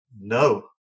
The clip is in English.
No